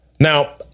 Now